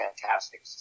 fantastic